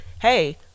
hey